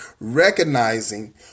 recognizing